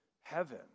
heaven